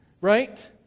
Right